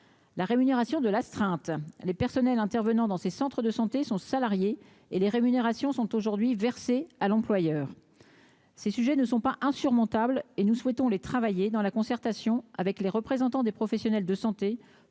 la rémunération de l'astreinte les personnels intervenant dans ces centres de santé sont salariés et les rémunérations sont aujourd'hui versées à l'employeur, ces sujets ne sont pas insurmontables et nous souhaitons les travailler dans la concertation avec les représentants des professionnels de santé